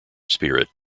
spirit